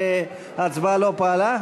ההצבעה לא פעלה?